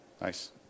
nice